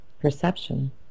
perception